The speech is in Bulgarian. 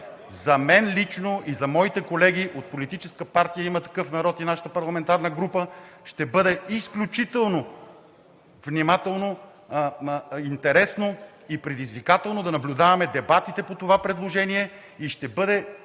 за мен и моите колеги от политическа партия „Има такъв народ“ и нашата парламентарна група ще бъде изключително интересно и предизвикателно да наблюдаваме дебатите по това предложение. Ще бъде